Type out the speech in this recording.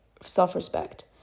self-respect